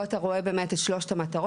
פה אתה רואה, באמת, את שלושת המטרות.